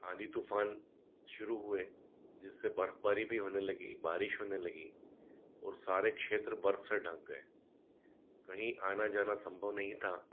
आँधी तूफान शुरू हुए जिससे बर्फ़बारी भी होने लगी बारिश होने लगी और सारे क्षेत्र बर्फ़ से ढक गए कहीं आना जाना सम्भव नहीं था